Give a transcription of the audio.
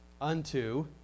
unto